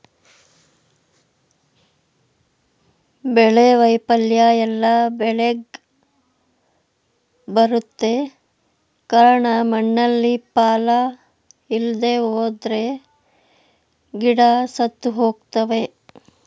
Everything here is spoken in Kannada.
ಬೆಳೆ ವೈಫಲ್ಯ ಎಲ್ಲ ಬೆಳೆಗ್ ಬರುತ್ತೆ ಕಾರ್ಣ ಮಣ್ಣಲ್ಲಿ ಪಾಲ ಇಲ್ದೆಹೋದ್ರೆ ಗಿಡ ಸತ್ತುಹೋಗ್ತವೆ